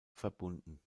verbunden